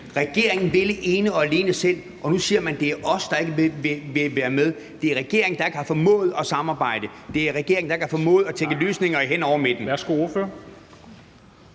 regeringen ville ene og alene selv. Og nu siger man, det er os, der ikke vil være med. Det er regeringen, der ikke har formået at samarbejde. Det er regeringen, der ikke har formået at tænke løsninger hen over midten. Kl.